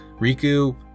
Riku